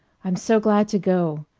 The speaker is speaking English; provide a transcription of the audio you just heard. i'm so glad to go!